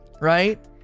right